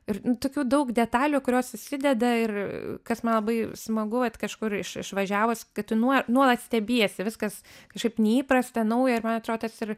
ir tokių daug detalių kurios susideda ir kas man labai smagu vat kažkur iš išvažiavus kad tu nuo nuolat stebiesi viskas kažkaip neįprasta nauja ir man atrodo tas ir